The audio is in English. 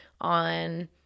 on